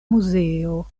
muzeo